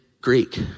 Greek